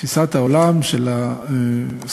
תפיסת העולם של הסוציאל-דמוקרטים,